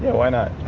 why not?